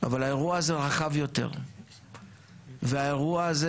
אבל האירוע הזה רחב יותר והאירוע הזה